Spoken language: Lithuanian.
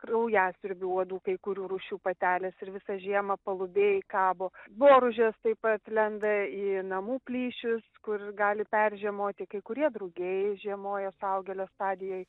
kraujasiurbių uodų kai kurių rūšių patelės ir visą žiemą palubėj kabo boružės taip pat lenda į namų plyšius kur gali peržiemoti kai kurie drugiai žiemoja suaugėlio stadijoj